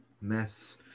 mess